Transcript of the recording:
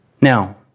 Now